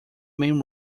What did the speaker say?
main